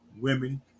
women